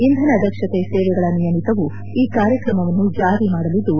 ಇಂಧನ ದಕ್ಷತೆ ಸೇವೆಗಳ ನಿಯಮಿತವು ಈ ಕಾರ್ಯಕ್ರಮವನ್ನು ಜಾರಿ ಮಾಡಲಿದ್ದು